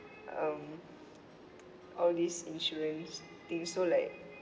um all these insurance thing so like